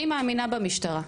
אני מאמינה במשטרה.